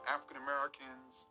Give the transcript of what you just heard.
African-Americans